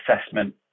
assessment